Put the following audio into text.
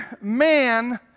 man